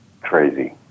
Crazy